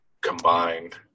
combined